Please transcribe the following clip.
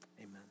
Amen